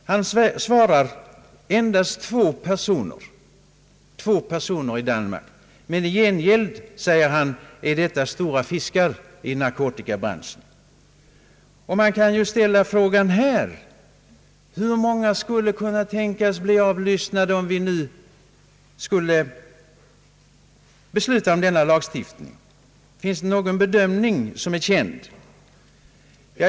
Han svarade: »Endast två personer» — två personer i hela Danmark. Men i gengäld sade han att det var fråga om stora fiskar i narkotikabranschen. Man kan ju ställa frågan här: Hur många skulle kunna tänkas bli avlyssnade här i landet, om vi nu skulle besluta om denna lagstiftning? Finns det någon bedömning som är känd?